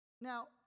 Now